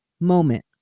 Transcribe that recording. moment